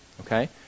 Okay